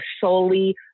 solely